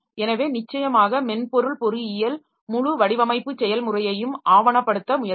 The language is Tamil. எனவே நிச்சயமாக மென்பொருள் பொறியியல் முழு வடிவமைப்பு செயல்முறையையும் ஆவணப்படுத்த முயற்சிக்கும்